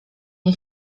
nie